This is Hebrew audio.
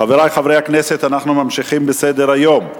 חברי חברי הכנסת, אנחנו ממשיכים בסדר-היום: